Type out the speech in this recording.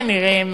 כנראה,